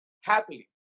happily